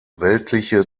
weltliche